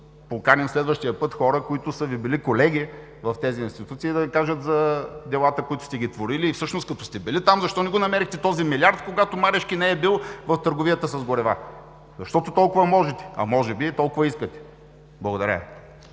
поканим следващия път хора, които са Ви били колеги в тези институции, да Ви кажат за делата, които сте ги творили. Всъщност, като сте били там, защо не го намерихте този милиард, когато Марешки не е бил в търговията с горива? Защото толкова можете, а може би и толкова искате. Благодаря.